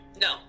No